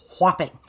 whopping